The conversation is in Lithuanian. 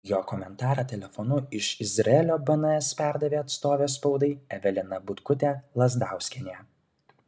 jo komentarą telefonu iš izraelio bns perdavė atstovė spaudai evelina butkutė lazdauskienė